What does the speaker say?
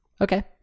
Okay